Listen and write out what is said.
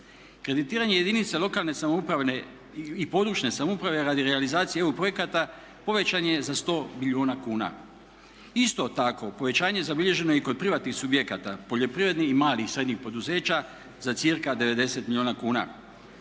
Kreditiranje jedinica lokalne samouprave i područne samouprave radi realizacije EU projekata povećan je za 100 milijuna kuna. Isto tako, povećanje zabilježeno je i kod privatnih subjekata, poljoprivrednih i malih i srednjih poduzeća za cirka 90 milijuna kuna.